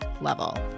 level